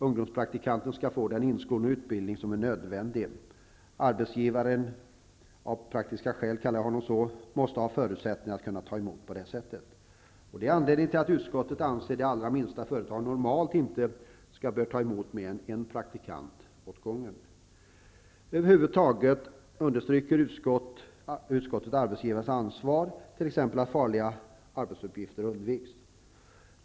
Ungdomspraktikanten skall få den utbildning och inskolning som är nödvändig. Arbetsgivaren -- av praktiska skäl kallar jag honom så -- måste ha förutsättningar att ta emot på det sättet. Det är anledningen till att utskottet anser att de allra minsta företagen normalt inte bör ta emot mer än en praktikant åt gången. Över huvud taget understryker utskottet arbetsgivarens ansvar, t.ex. att farliga arbetsuppgifter undviks.